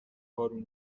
بارون